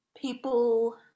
people